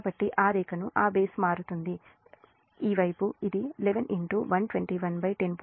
కాబట్టి ఆ రేఖకు ఆ బేస్ మారుతుంది వైపు ఇది 11 10